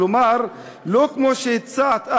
כלומר לא כמו שהצעת את,